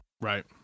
Right